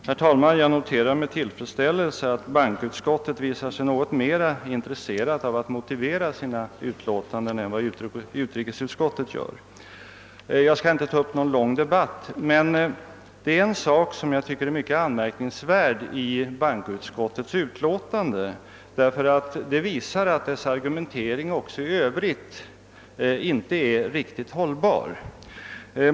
Herr talman! Jag noterar med tillfredsställelse att bankoutskottet visar sig något mer intresserat av att motivera sina utlåtanden än vad utrikesutskottet gör. Jag skall inte ta upp någon lång debatt, men det är en sak som jag tycker är anmärkningsvärd i bankoutskottets utlåtande, eftersom den visar att dess argumentering inte heller i övrigt är riktigt hållbar.